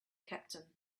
captain